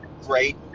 great